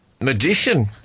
magician